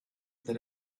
that